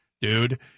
Dude